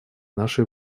нашей